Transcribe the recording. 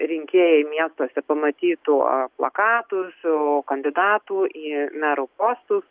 rinkėjai miestuose pamatytų plakatų su kandidatų į merų postus